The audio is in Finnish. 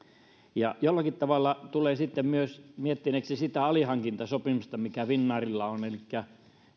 jollakin tavalla tulee sitten myös miettineeksi sitä alihankintasopimusta mikä finnairilla on elikkä